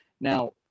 Now